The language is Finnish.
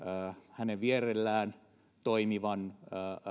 hänen vierellään toimivan